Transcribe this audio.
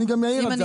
אני אעיר.